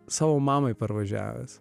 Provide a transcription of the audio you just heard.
savo mamai parvažiavęs